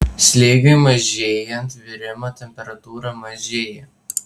slėgiui mažėjant virimo temperatūra mažėja